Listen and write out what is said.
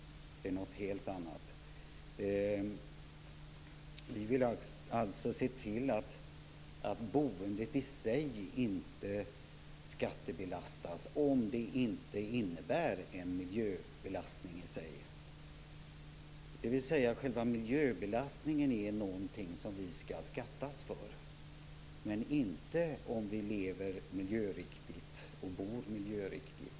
Det är något helt annat. Vi vill alltså se till att boendet i sig inte skattebelastas om det inte innebär en miljöbelastning. Själva miljöbelastningen är något som vi skall beskattas för, men inte om vi lever miljöriktigt och bor miljöriktigt.